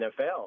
NFL